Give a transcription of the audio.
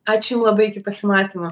ačiū jum labai iki pasimatymo